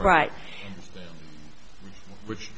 right which